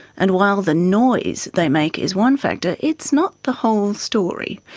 and while the noise they make is one factor, it's not the whole story.